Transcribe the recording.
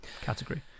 category